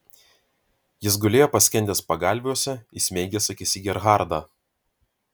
jis gulėjo paskendęs pagalviuose įsmeigęs akis į gerhardą